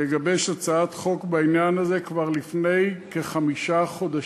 לגבש הצעת חוק בעניין הזה כבר לפני כחמישה חודשים.